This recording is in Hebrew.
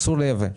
אסור ליבא.